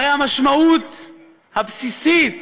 הרי המשמעות הבסיסית